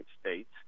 states